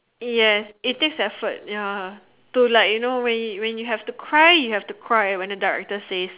yes it takes effort ya to like you know when you when you have to cry you have to cry when the director says